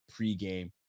pregame